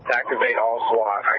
activate all swat. i